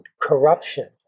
corruption